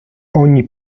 ogni